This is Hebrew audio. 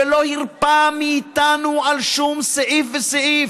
שלא הרפה מאיתנו על שום סעיף וסעיף.